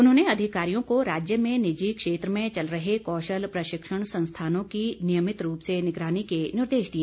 उन्होंने अधिकारियों को राज्य में निजी क्षेत्र में चल रहे कौशल प्रशिक्षण संस्थानों की नियमित रूप से निगरानी के निर्देश दिए